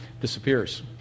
disappears